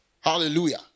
Hallelujah